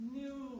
new